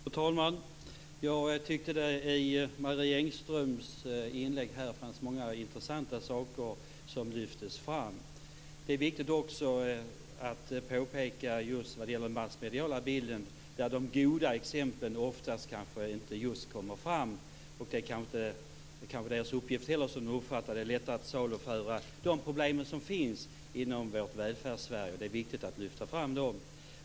Fru talman! Jag tyckte att det fanns många intressanta saker i Marie Engströms inlägg som lyftes fram. Det är också viktigt att påpeka just vad det gäller den massmediala bilden, där de goda exemplen ofta inte kommer fram. Det är kanske inte heller massmediernas uppgift. Det är lättare att saluföra de problem som finns i vårt Välfärdssverige. Det är viktigt att lyfta fram dem.